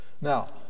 Now